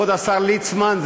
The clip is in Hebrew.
כבוד השר ליצמן,